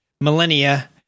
millennia